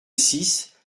six